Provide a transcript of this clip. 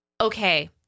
okay